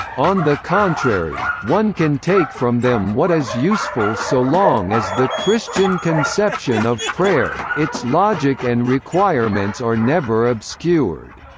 on the contrary, one can take from them what is useful so long as the christian conception of prayer, its logic and requirements are never obscured.